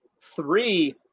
Three